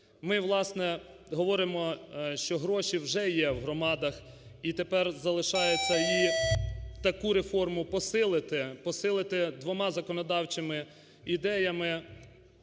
Ми, власне, говоримо, що гроші вже є в громадах, і тепер залишається таку реформу посилити, посилити двома законодавчими ідеями,